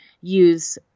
use